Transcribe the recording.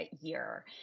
year